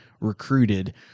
recruited